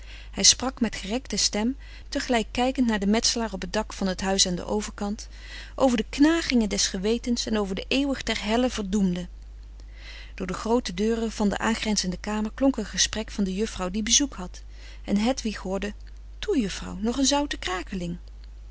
hij sprak met gerekte stem tegelijk kijkend naar den metselaar op t dak van t huis aan den overkant over de knagingen des gewetens en over de eeuwig ter helle verdoemden door de groote deuren van de aangrenzende kamer klonk een gesprek van de juffrouw die bezoek had en hedwig hoorde toe juffrouw nog een zoute krakeling